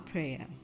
Prayer